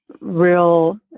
real